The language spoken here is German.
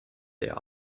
der